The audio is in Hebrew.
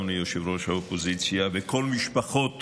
אדוני ראש האופוזיציה וכל משפחות